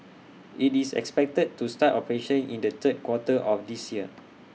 IT is expected to start operations in the third quarter of this year